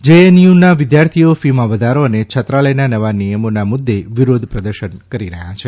જેએનયુના વિદ્યાર્થીઓ ફી માં વધારો અને છાત્રાલયના નવા નિયમોના મુદ્દે વિરોદ પ્રદર્શન કરી રહ્યા છે